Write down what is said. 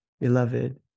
beloved